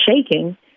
shaking